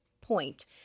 point